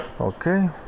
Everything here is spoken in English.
okay